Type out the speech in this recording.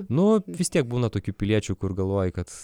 nu vis tiek būna tokių piliečių kur galvoji kad